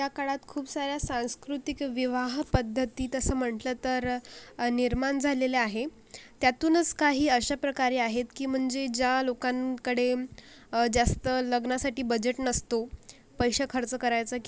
या काळात खूप साऱ्या सांस्कृतिक विवाहपद्धती तसं म्हटलं तर निर्माण झालेल्या आहे त्यातूनच काही अशाप्रकारे आहेत की म्हणजे ज्या लोकांकडे जास्त लग्नासाठी बजेट नसतो पैसे खर्च करायचा